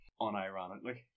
unironically